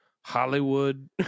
Hollywood